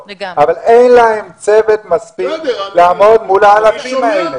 שעות אבל אין להם צוות מספיק לעמוד מול האלפים האלה.